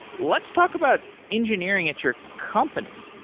let's talk about engineering at your company.